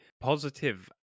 positive